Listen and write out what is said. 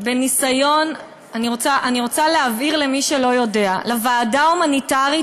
אני רוצה להבהיר למי שלא יודע: לוועדה ההומניטרית